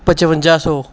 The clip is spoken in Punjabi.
ਪਚਵੰਜਾ ਸੌ